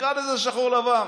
תקרא לזה שחור לבן,